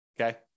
Okay